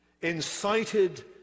incited